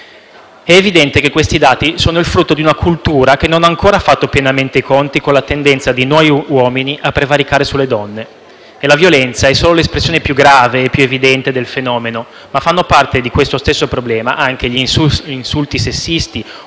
È evidente che questi dati sono il frutto di una cultura che non ha ancora fatto pienamente i conti con la tendenza di noi uomini a prevaricare sulle donne. La violenza è solo l'espressione più grave e più evidente del fenomeno: fanno parte di questo stesso problema anche gli insulti sessisti o